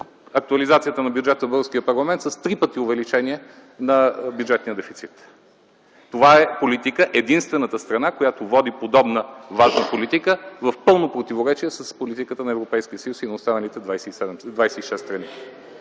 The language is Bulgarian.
актуализацията на бюджета в българския парламент с три пъти увеличение на бюджетния дефицит. Това е политика на единствената страна, която води подобна важна политика в пълно противоречие с политиката на Европейския съюз и на останалите 26 страни.